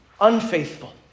unfaithful